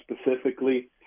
specifically